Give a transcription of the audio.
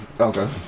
Okay